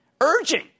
Urging